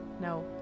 No